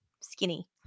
skinny